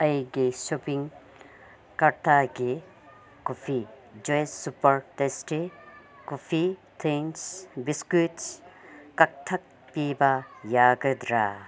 ꯑꯩꯒꯤ ꯁꯣꯞꯄꯤꯡ ꯀꯥꯔꯠꯇꯥꯒꯤ coffee joy super tasty coffee thins biscuits ꯀꯛꯊꯠꯄꯤꯕ ꯌꯥꯒꯗ꯭ꯔꯥ